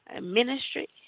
ministry